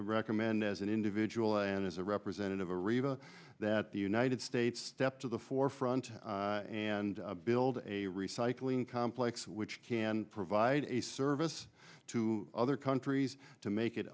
recommend as an individual and as a representative of riva that the united states step to the forefront and build a recycling complex which can provide a service to other countries to make it